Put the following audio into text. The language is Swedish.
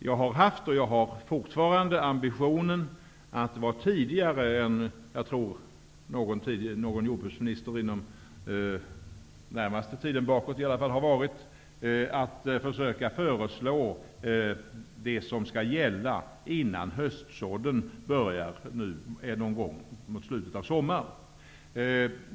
Jag har haft ambitionen, och har fortfarande, att vara tidigare än någon jordbruksminister varit, inom den närmaste tiden bakåt, med att förslå det som skall gälla innan höstsådden kommer i gång mot slutet av sommaren.